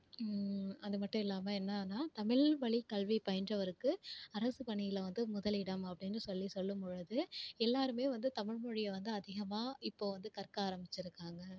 அது மட்டும் இல்லாமல் என்னான்னால் தமிழ் வழி கல்வி பயின்றவருக்கு அரசு பணியில் வந்து முதலிடம் அப்படின்னு சொல்லி சொல்லும் பொழுது எல்லோருமே வந்து தமிழ்மொழியை வந்து அதிகமாக இப்போ வந்து கற்க ஆரம்பிச்சுருக்காங்க